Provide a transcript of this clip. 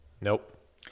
Nope